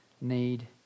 need